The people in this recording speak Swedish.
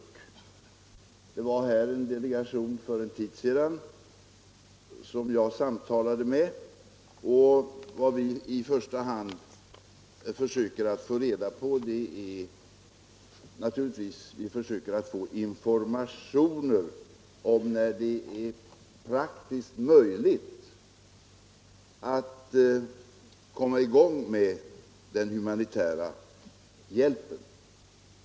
För en tid sedan var en delegation här som jag samtalade med, och i första hand försöker vi naturligtvis att få informationer om när det är praktiskt möjligt att komma i gång med den humanitära hjälpen.